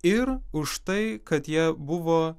ir už tai kad jie buvo